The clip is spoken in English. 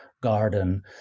garden